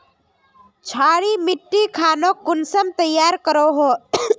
क्षारी मिट्टी खानोक कुंसम तैयार करोहो?